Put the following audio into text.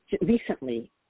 Recently